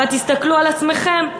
אבל תסתכלו על עצמכם.